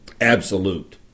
absolute